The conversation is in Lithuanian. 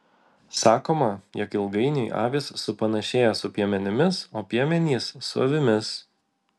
sakoma jog ilgainiui avys supanašėja su piemenimis o piemenys su avimis